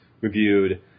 Reviewed